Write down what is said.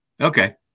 Okay